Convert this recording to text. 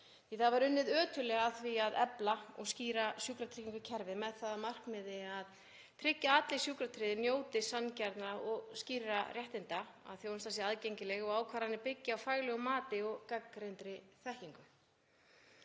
að þarna var unnið ötullega að því að efla og skýra sjúkratryggingakerfið með það að markmiði að tryggja að allir sjúkratryggðir njóti sanngjarna og skýra réttinda, að þjónustan sé aðgengileg og ákvarðanir byggi á faglegu mati og gagnreyndri þekkingu.